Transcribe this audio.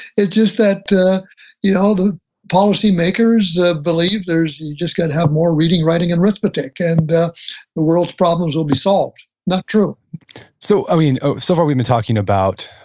it's just that the you know the policymakers believe there's, you just got to have more reading, writing and arithmetic, and the world's problems will be solved. not true so ah you know so far we've been talking about,